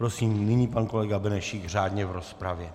Prosím nyní pan kolega Benešík řádně v rozpravě.